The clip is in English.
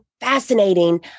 fascinating